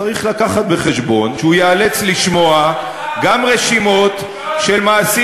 צריך לקחת בחשבון שהוא ייאלץ לשמוע גם רשימות של מעשים